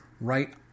right